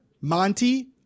Monty